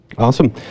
Awesome